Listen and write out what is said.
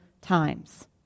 times